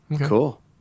cool